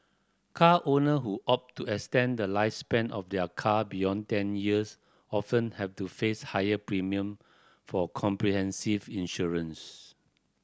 car owner who opt to extend the lifespan of their car beyond ten years often have to face higher premium for comprehensive insurance